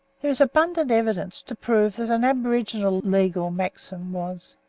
there is abundant evidence to prove that an aboriginal legal maxim was,